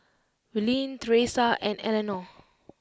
Willene Thresa and Eleonore